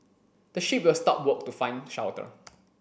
the sheep will stop work to find shelter